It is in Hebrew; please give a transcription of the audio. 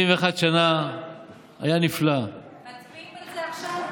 71 שנה היה נפלא, מצביעים על זה עכשיו?